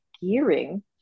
Gearing